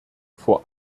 vor